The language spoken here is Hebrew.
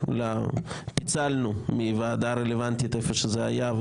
פיצלנו מהוועדה הרלוונטית איפה שזה היה,